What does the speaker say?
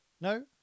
No